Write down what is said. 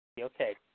Okay